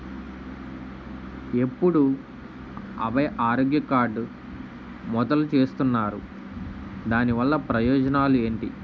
ఎప్పుడు అభయ ఆరోగ్య కార్డ్ మొదలు చేస్తున్నారు? దాని వల్ల ప్రయోజనాలు ఎంటి?